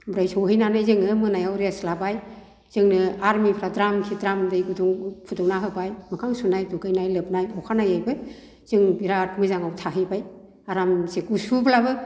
ओमफ्राय सौहैनानै जोङो मोनायाव रेस्त लाबाय जोंनो आरमिफ्रा द्राम कि द्राम दै गुदुं फुदुंना होबाय मोखां सुनाय दुगैनाय लोबनाय अखानायैबो जों बिराद मोजांआव थाहैबाय आरामसे गुसुब्लाबो